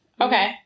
Okay